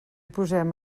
posem